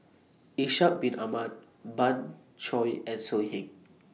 Ishak Bin Ahmad Pan Shou and So Heng